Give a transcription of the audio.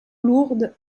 lourde